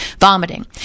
vomiting